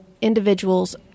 individuals